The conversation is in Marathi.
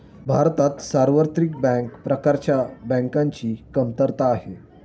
भारतात सार्वत्रिक बँक प्रकारच्या बँकांची कमतरता आहे